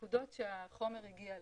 הנקודות שהחומר הגיע אליהן,